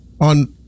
on